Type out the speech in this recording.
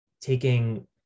taking